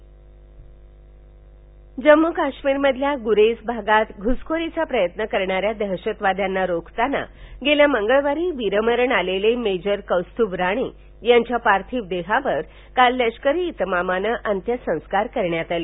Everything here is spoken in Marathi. मेजर कौस्तुम राणे जम्मू कारिमरमधील गुरेम भागात घुसखोरीचा प्रयव करणाऱ्या दहशतवाद्यांना रोखताना गेल्या मंगळवारी वीरमरण आलेले मेजर कौस्तुभ राणें यांच्या पार्यिंव देहावर काल लष्करी इतमामानं अंत्यसंस्कार करण्यात आले